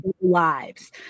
lives